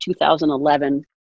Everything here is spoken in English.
2011